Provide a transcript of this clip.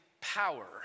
power